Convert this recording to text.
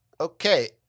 Okay